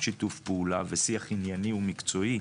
שיתוף פעולה ושיח ענייני ומקצועי,